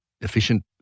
efficient